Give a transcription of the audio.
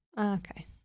okay